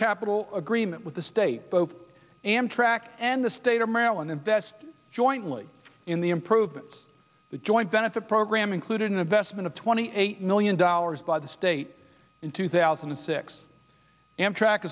capital agreement with the state both amtrak and the state of maryland invest jointly in the improvements the joint benefit program included in the estimate of twenty eight million dollars by the state in two thousand and six amtrak